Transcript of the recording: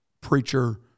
preacher